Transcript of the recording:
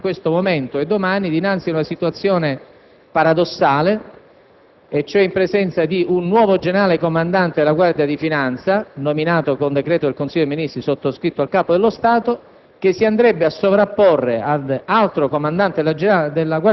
Abbiamo lamentato il pericolo che ci si possa trovare, in questo momento e domani, dinanzi ad una situazione paradossale, cioè in presenza di un nuovo Comandante generale della Guardia di finanza, nominato con decreto del Consiglio dei ministri, sottoscritto dal Capo del Stato,